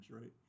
right